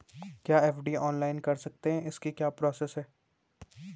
क्या FD online कर सकते हैं इसकी क्या प्रोसेस है?